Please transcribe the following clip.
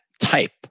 type